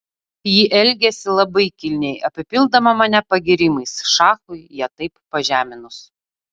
ji elgėsi labai kilniai apipildama mane pagyrimais šachui ją taip pažeminus